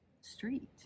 street